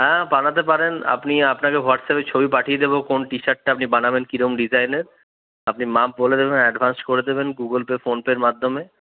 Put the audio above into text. হ্যাঁ পাঠাতে পারেন আপনি আপনাকে হোয়াটসঅ্যাপে ছবি পাঠিয়ে দেব কোন টিশার্টটা আপনি বানাবেন কিরম ডিজাইনের আপনি মাপ বলে দেবেন অ্যাডভান্স করে দেবেন গুগল পে ফোন পেয়ের মাধ্যমে